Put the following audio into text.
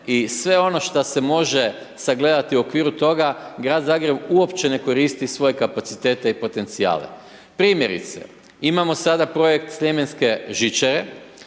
i sve ono što se može sagledati u okviru toga, grad Zagreb uopće ne koristi svoje kapacitete i potencijale. Primjerice, imamo sada projekt Sljemenske žičare,